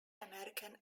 american